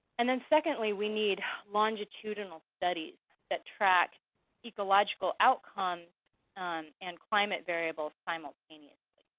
and then secondly we need longitudinal studies that track ecological outcomes and climate variables simultaneously.